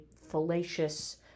fallacious